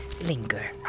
linger